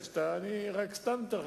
אני חושב שהעובדה שאנחנו פה על כך,